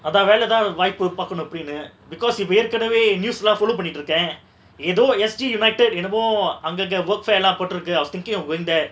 அதா வேலதா வாய்ப்பு பாக்கனு எப்டினு:atha velatha vaaipu paakanu epdinu because இப்ப ஏர்கணவே:ippa yerkanave news lah follow பன்னிட்டு இருக்க எதோ:pannitu iruka etho S_T united என்னமோ அங்கங்க:ennamo anganga workfare lah போட்டிருக்கு:potiruku I was thinking of going there